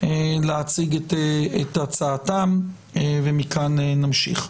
להציג את הצעתם ומכאן נמשיך.